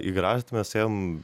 į garažą tai mes ėjom